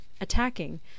attacking